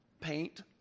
paint